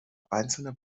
einzelne